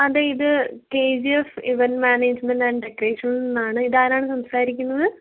അതെ ഇത് K G F event management and ഡെക്കറേഷനിൽ നിന്നാണ് ഇതാരാണ് സംസാരിക്കുന്നത്